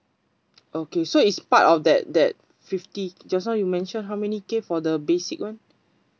okay so is part of that that fifty just now you mention how many K for the basic one